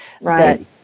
Right